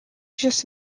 just